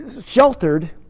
sheltered